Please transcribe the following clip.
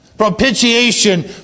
propitiation